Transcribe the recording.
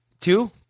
Two